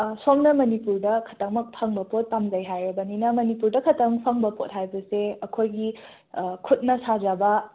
ꯁꯣꯝꯅ ꯃꯅꯤꯄꯨꯔꯗ ꯈꯛꯇꯃꯛ ꯐꯪꯕ ꯄꯣꯠ ꯄꯥꯝꯖꯩ ꯍꯥꯏꯔꯕꯅꯤꯅ ꯃꯅꯤꯄꯨꯔꯗ ꯈꯇꯪ ꯐꯪꯕ ꯄꯣꯠ ꯍꯥꯏꯕꯁꯦ ꯑꯩꯈꯣꯏꯒꯤ ꯈꯨꯠꯅ ꯁꯥꯖꯕ